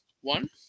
One